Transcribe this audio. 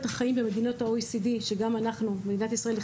מדינת ישראל,